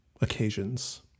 occasions